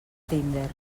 tinder